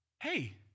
Hey